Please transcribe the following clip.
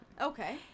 Okay